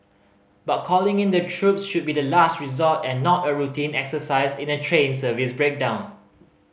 but calling in the troops should be the last resort and not a routine exercise in a train service breakdown